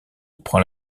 prend